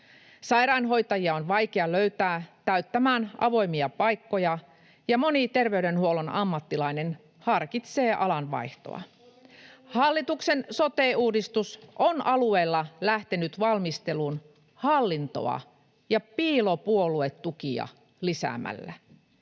Sairaanhoitajia on vaikea löytää täyttämään avoimia paikkoja, ja moni terveydenhuollon ammattilainen harkitsee alan vaihtoa. Hallituksen sote-uudistus on alueilla lähtenyt valmisteluun hallintoa ja piilopuoluetukia lisäämällä.